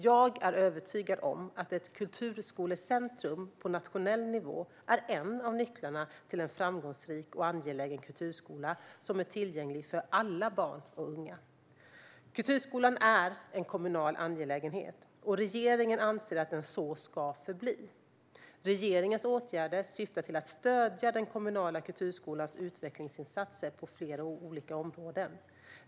Jag är övertygad om att ett kulturskolecentrum på nationell nivå är en av nycklarna till en framgångsrik och angelägen kulturskola som är tillgänglig för alla barn och unga. Kulturskolan är en kommunal angelägenhet, och regeringen anser att den så ska förbli. Regeringens åtgärder syftar till att stödja den kommunala kulturskolans utvecklingsinsatser på flera olika områden.